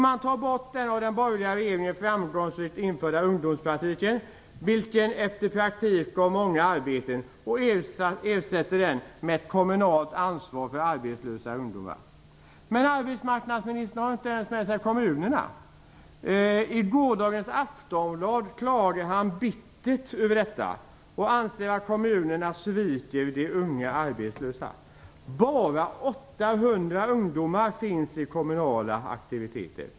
Man tar bort den av den borgerliga regeringen framgångsrikt införda ungdomspraktiken, vilken efter praktiktiden gav många arbeten, och ersätter den med kommunalt ansvar för arbetslösa ungdomar. Arbetsmarknadsministern har inte ens med sig kommunerna. I gårdagens Aftonbladet klagar han bittert över detta och anser att kommunerna sviker de unga arbetslösa. Bara 800 ungdomar finns i kommunala aktiviteter.